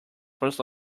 first